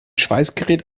schweißgerät